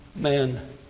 Man